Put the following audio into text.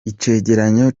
icegeranyo